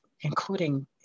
including